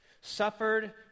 suffered